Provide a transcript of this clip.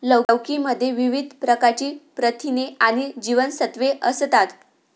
लौकी मध्ये विविध प्रकारची प्रथिने आणि जीवनसत्त्वे असतात